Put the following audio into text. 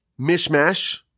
mishmash